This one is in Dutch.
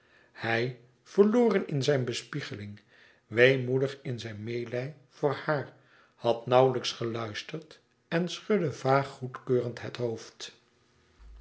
hij verloren in zijne bespiegeling weemoedig in zijn meêlij voor haar had nauwlijks geluisterd en schudde vaag goedkeurend het hoofd